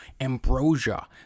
ambrosia